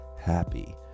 happy